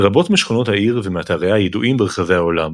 רבות משכונות העיר ומאתריה ידועים ברחבי העולם.